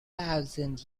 thousand